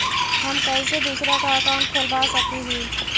हम कैसे दूसरा का अकाउंट खोलबा सकी ही?